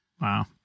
Wow